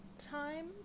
time